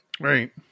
Right